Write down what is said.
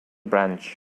branch